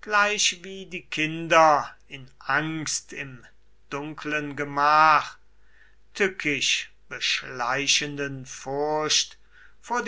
gleichwie die kinder die angst im dunkeln gemach tückisch beschleichenden furcht vor